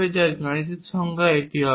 যার গাণিতিক সংজ্ঞা এটি হবে